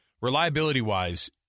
reliability-wise –